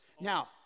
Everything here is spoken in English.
Now